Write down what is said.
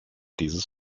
dieses